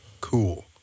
cool